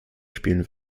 spielen